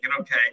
okay